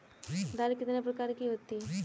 दाल कितने प्रकार की होती है?